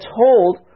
told